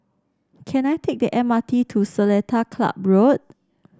can I take the M R T to Seletar Club Road